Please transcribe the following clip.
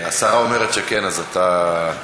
השרה אומרת שכן, אז אתה,